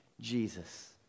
Jesus